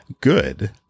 good